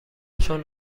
چون